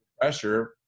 pressure